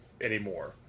anymore